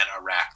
Iraq